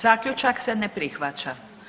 Zaključak se ne prihvaća.